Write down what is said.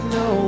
no